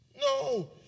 No